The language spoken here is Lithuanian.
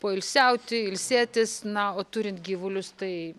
poilsiauti ilsėtis na o turint gyvulius tai